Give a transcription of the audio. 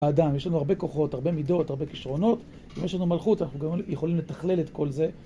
אדם, יש לנו הרבה כוחות, הרבה מידות, הרבה כישרונות, אם יש לנו מלכות, אנחנו גם יכולים לתכלל את כל זה.